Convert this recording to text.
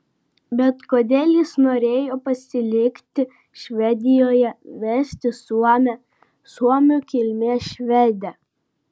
bet kodėl jis norėjo pasilikti švedijoje vesti suomę suomių kilmės švedę